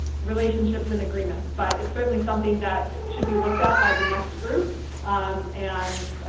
relationships and agreements. but it's certainly something that should be looked at by the next group and,